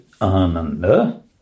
ananda